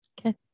okay